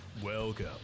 Welcome